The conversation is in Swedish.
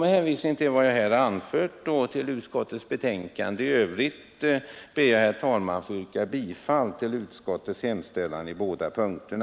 Med hänvisning till vad jag här anfört och till utskottets betänkande i övrigt ber jag, herr talman, få yrka bifall till utskottets hemställan.